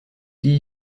die